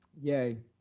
yay.